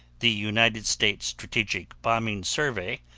the united states strategic bombing survey,